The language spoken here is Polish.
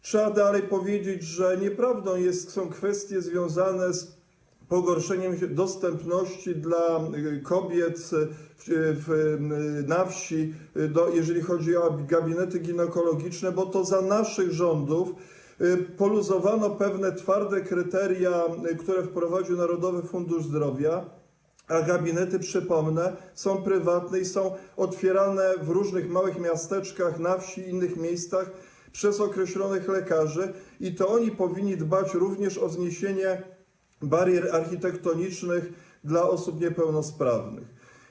Trzeba powiedzieć, że nieprawdą są kwestie związane z pogorszeniem dostępu do gabinetów ginekologicznych dla kobiet na wsi, bo to za naszych rządów poluzowano pewne twarde kryteria, które wprowadził Narodowy Fundusz Zdrowia, a gabinety - przypomnę - są prywatne i są otwierane w różnych małych miasteczkach, na wsi, w innych miejscach przez określonych lekarzy, i to oni powinni dbać również o zniesienie barier architektonicznych dla osób niepełnosprawnych.